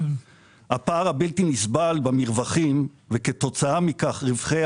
הפער הבלתי נסבל במרווחים וכתוצאה מכך רווחי